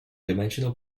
dimensional